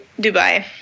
dubai